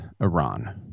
Iran